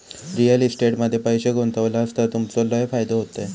real estate मध्ये पैशे गुंतवलास तर तुमचो लय फायदो होयत